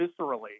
viscerally